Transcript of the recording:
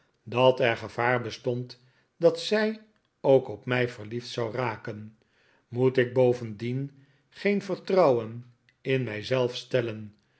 dat er gevaar bestond dat zij ook op mij verliefd zou raken moet ik bovendien geen vertrouwen in mij zelf stellen